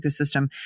ecosystem